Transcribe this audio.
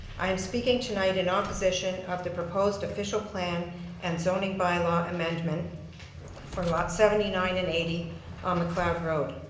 i am speaking tonight in opposition of the proposed official plan and zoning bylaw amendment for lot seventy nine and eighty on mcleod road.